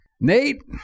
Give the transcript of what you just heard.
Nate